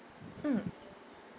mm